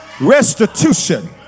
Restitution